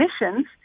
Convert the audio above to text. missions